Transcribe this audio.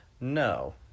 No